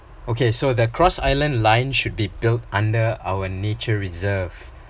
okay so the cross island line should be built under our nature reserve